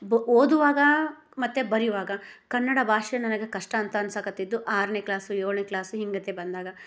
ಬು ಓದುವಾಗ ಮತ್ತು ಬರಿಯುವಾಗ ಕನ್ನಡ ಭಾಷೆ ನನಗ ಕಷ್ಟ ಅಂತ ಅನ್ಸಕ್ಕತ್ತಿದ್ದು ಆರನೇ ಕ್ಲಾಸು ಏಳನೇ ಕ್ಲಾಸು ಹಿಂಗತ್ತೆ ಬಂದಾಗ